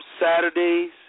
Saturdays